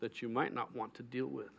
that you might not want to deal with